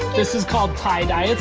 this is called tie-dye.